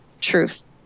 truth